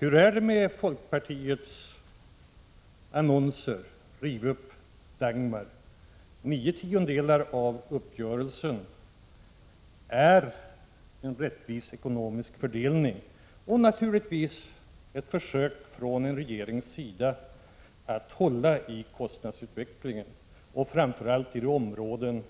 Hur är det med folkpartiets annonser där man skriver: Riv upp Dagmar! Till nio tiondelar gäller uppgörelsen en rättvis ekonomisk fördelning, och den är naturligtvis ett försök från en regerings sida att hålla i kostnadsutvecklingen, framför allt i de områden